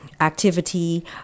activity